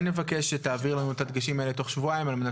אבקש שתעביר לנו את הדגשים האלה תוך שבועיים על מנת